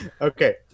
okay